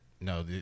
No